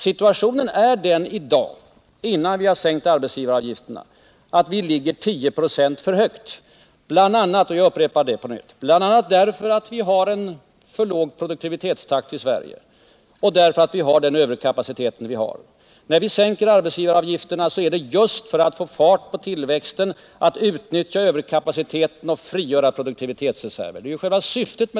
Situationen i dag, innan vi sänkt arbetsgivaravgifterna är den att vi ligger 10 6 för högt, bl.a. — jag upprepar det — därför att Sverige har för låg produktivitetstakt och en överkapacitet. När vi sänker arbetsgivaravgifterna, är det just för att få fart på tillväxten, utnyttja överkapaciteten och frigöra produktivitetsreserven.